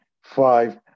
five